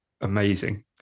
amazing